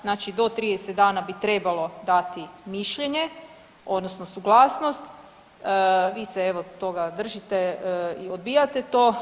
Znači do 30 dana bi trebalo dati mišljenje, odnosno suglasnost, vi se evo, toga držite, odbijate to.